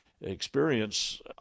experience